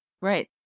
right